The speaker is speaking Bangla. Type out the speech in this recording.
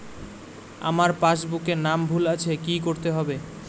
আমার পাসবুকে নাম ভুল আছে কি করতে হবে?